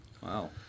Wow